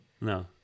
No